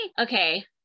Okay